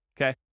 okay